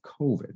COVID